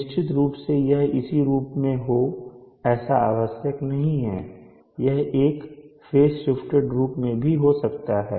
निश्चित रूप से यह इसी रूप में हो ऐसा आवश्यक नहीं है यह एक फेस शिफ्टेड रूप में भी हो सकता है